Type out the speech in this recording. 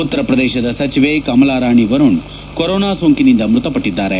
ಉತ್ತರ ಪ್ರದೇಶದ ಸಚಿವೆ ಕಮಲಾ ರಾಣಿ ವರುಣ್ ಕೊರೊನಾ ಸೋಂಕಿನಿಂದ ಮೃತಪಟ್ಟದ್ದಾರೆ